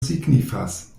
signifas